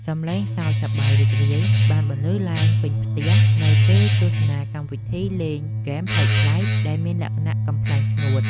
សម្លេងសើចសប្បាយរីករាយបានបន្លឺឡើងពេញផ្ទះនៅពេលទស្សនាកម្មវិធីលេងហ្គេមប្លែកៗដែលមានលក្ខណៈកំប្លែងស្ងួត។